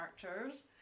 characters